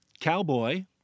cowboy